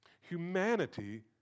Humanity